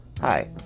Hi